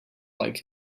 like